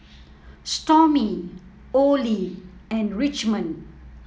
Stormy Olie and Richmond